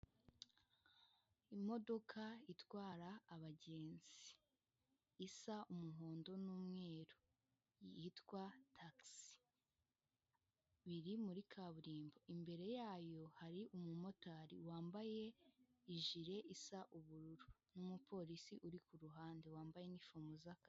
Imodoka itwara abagenzi, isa umuhondo n'umweru, yitwa tagisi, biri muri kaburimbo, imbere yayo hari umumotari wambaye ijire isa ubururu n'umupolisi uri ku ruhande, wambaye inifomo z'akazi.